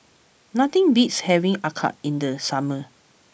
nothing beats having Acar in the summer